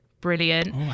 brilliant